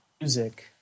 music